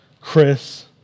Chris